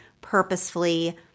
purposefully